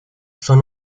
son